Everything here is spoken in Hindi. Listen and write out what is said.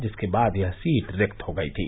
जिसके बाद यह सीट रिक्त हो गयी